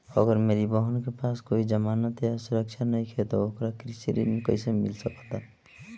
अगर मेरी बहन के पास कोई जमानत या सुरक्षा नईखे त ओकरा कृषि ऋण कईसे मिल सकता?